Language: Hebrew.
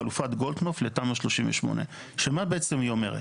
חלופת גודלקנופף לתמ"א 38. שמה בעצם היא אומרת.